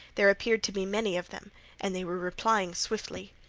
there appeared to be many of them and they were replying swiftly.